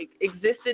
existed